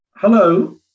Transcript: Hello